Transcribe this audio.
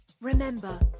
Remember